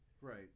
right